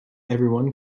everyone